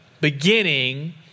beginning